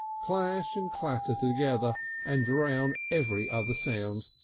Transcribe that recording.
clash and clatter together and drown every other sound.